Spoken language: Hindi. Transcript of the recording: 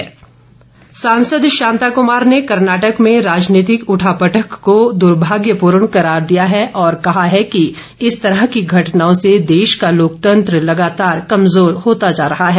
शांता कुमार सांसद शांता कुमार ने कर्नाटक में राजनीतिक उठापटक को दुर्भाग्यपूर्ण करार दिया है और कहा है कि इस तरह की घटनाओं से देश का लोकतंत्र लगातार कमजोर होता जा रहा है